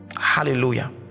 Hallelujah